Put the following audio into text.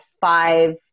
five